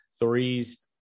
threes